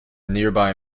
nearby